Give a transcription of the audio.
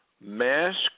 mask